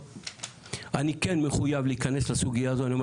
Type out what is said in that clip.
אני כן מחויב להיכנס לסוגיה הזו ואני אומר